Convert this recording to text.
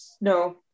No